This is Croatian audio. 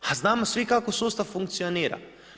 A znamo svi kako sustav funkcionira.